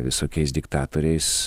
visokiais diktatoriais